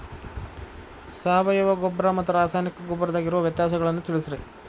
ಸಾವಯವ ಗೊಬ್ಬರ ಮತ್ತ ರಾಸಾಯನಿಕ ಗೊಬ್ಬರದಾಗ ಇರೋ ವ್ಯತ್ಯಾಸಗಳನ್ನ ತಿಳಸ್ರಿ